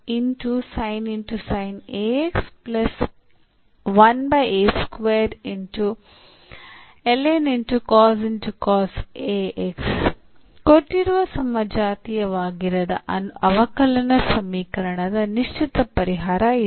ಅದು ಕೊಟ್ಟಿರುವ ಸಮಜಾತೀಯವಾಗಿರದ ಅವಕಲನ ಸಮೀಕರಣದ ನಿಶ್ಚಿತ ಪರಿಹಾರ ಇದು